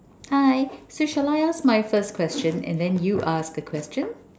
hi so shall I ask my first question and then you ask a question